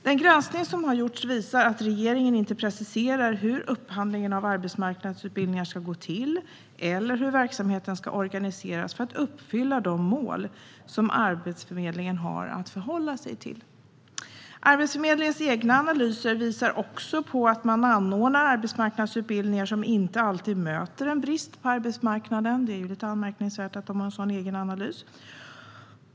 Den granskning som har gjorts visar att regeringen inte preciserar hur upphandlingen av arbetsmarknadsutbildningar ska gå till eller hur verksamheten ska organiseras för att uppfylla de mål som Arbetsförmedlingen har att förhålla sig till. Arbetsförmedlingens egna analyser visar också att man anordnar arbetsmarknadsutbildningar som inte alltid motsvarar en brist på arbetsmarknaden. Det är lite anmärkningsvärt att de gör en sådan egen analys.